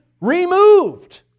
removed